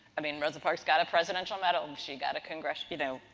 i mean rosa parks got a presidential medal, um she got a congress, you know,